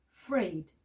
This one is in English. freed